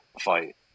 fight